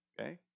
Okay